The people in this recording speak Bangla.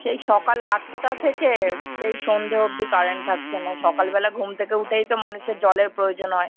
সেই সকাল আটটা থেকে সেই সন্ধে অবধি কারেন্ট থাকছে না সকালবেলা ঘুম থেকে উঠেই তো মানুষের জলের প্রয়োজন হয়